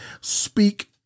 speak